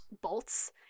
bolts